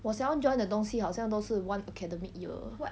我想要 join 的东西好像都是 one academic year